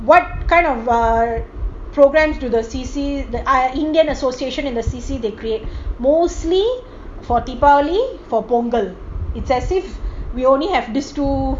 what kind of ugh programmes do the c_c the indian association in the c_c they create mostly for deepavali for punggol is as if we only have these two